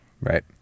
Right